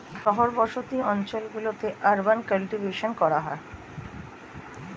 শহর বসতি অঞ্চল গুলিতে আরবান কাল্টিভেশন করা হয়